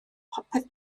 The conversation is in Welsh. popeth